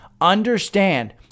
understand